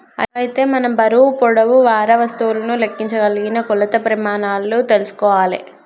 అయితే మనం బరువు పొడవు వారా వస్తువులను లెక్కించగలిగిన కొలత ప్రెమానాలు తెల్సుకోవాలే